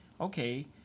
okay